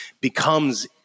becomes